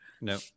No